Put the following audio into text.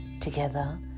Together